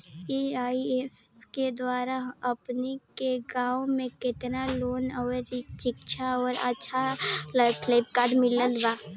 AIF के द्वारा हमनी के गांव में केतना लोगन के शिक्षा और अच्छा लाइफस्टाइल मिलल बा